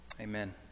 Amen